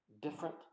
different